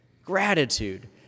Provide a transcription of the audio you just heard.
Gratitude